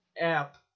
app